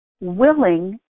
willing